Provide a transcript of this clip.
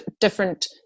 different